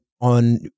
on